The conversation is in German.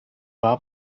war